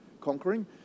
conquering